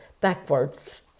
backwards